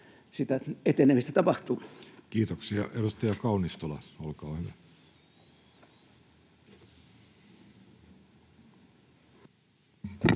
sitä etenemistä tapahtuu? Kiitoksia. — Edustaja Kaunistola, olkaa hyvä.